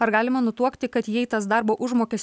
ar galima nutuokti kad jei tas darbo užmokes